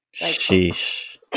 Sheesh